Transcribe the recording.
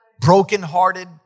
brokenhearted